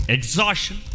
Exhaustion